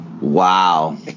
Wow